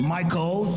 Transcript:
Michael